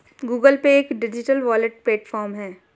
Google Pay एक digital wallet platform है